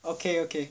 okay okay